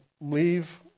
leave